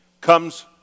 comes